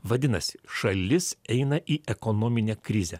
vadinasi šalis eina į ekonominę krizę